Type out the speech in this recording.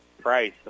Price